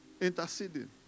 interceding